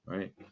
Right